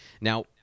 Now-